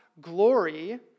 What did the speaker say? glory